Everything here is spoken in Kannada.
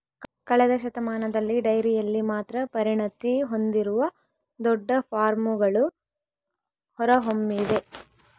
ಕಳೆದ ಶತಮಾನದಲ್ಲಿ ಡೈರಿಯಲ್ಲಿ ಮಾತ್ರ ಪರಿಣತಿ ಹೊಂದಿರುವ ದೊಡ್ಡ ಫಾರ್ಮ್ಗಳು ಹೊರಹೊಮ್ಮಿವೆ